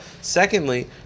Secondly